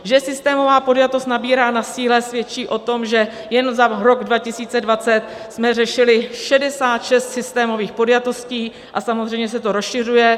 Že systémová podjatost nabírá na síle svědčí o tom, že jen za rok 2020 jsme řešili 66 systémových podjatostí, a samozřejmě se to rozšiřuje.